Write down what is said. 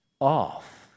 off